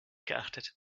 geachtet